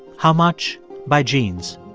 how much by genes?